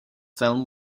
film